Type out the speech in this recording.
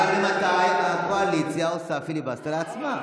אבל ממתי הקואליציה עושה פיליבסטר לעצמה?